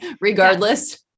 regardless